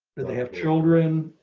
and they have children,